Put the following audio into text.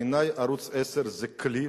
בעיני ערוץ-10 הוא כלי